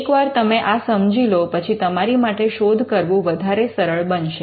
એકવાર તમે આ સમજી લો પછી તમારી માટે શોધ કરવું વધારે સરળ બનશે